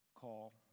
call